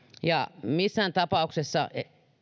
ja missään tapauksessa